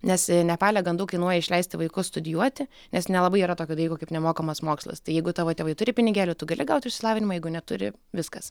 nes nepale gan daug kainuoja išleisti vaikus studijuoti nes nelabai yra tokio dalyko kaip nemokamas mokslas tai jeigu tavo tėvai turi pinigėlių tu gali gaut išsilavinimą jeigu neturi viskas